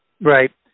right